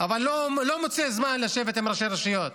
אבל הוא לא מוצא זמן לשבת עם ראשי הרשויות.